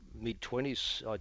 mid-twenties